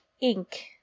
ink